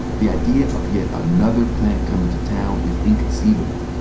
the idea of yet another plant coming to town is inconceivable.